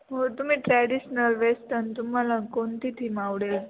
हो तुम्ही traditional western तुम्हाला कोणती थीम आवडेल